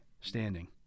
standing